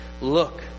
Look